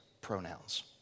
pronouns